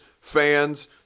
fans